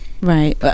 Right